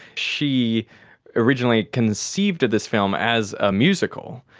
she originally conceived of this film as a musical,